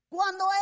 Cuando